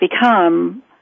become